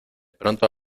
pronto